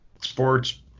sports